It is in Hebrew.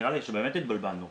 ונראה לי שבאמת התבלבלנו.